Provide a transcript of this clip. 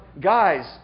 guys